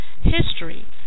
history